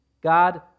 God